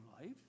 life